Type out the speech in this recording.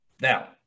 Now